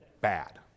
bad